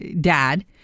dad